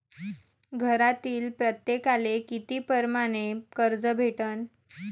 घरातील प्रत्येकाले किती परमाने कर्ज भेटन?